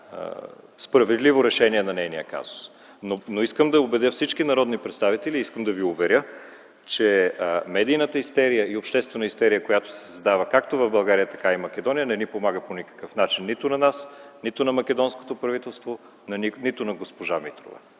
справедливо решение на нейния казус. Искам да убедя всички народни представители и да ви уверя, че медийната и обществената истерия, която се създава както в България, така и в Македония, не помага по никакъв начин нито на нас, нито на македонското правителство, нито на госпожа Митрова.